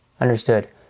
understood